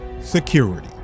security